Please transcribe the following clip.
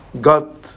God